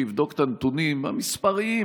שיבדוק את הנתונים המספריים,